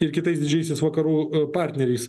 ir kitais didžiaisiais vakarų partneriais